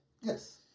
Yes